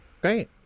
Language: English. Great